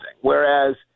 whereas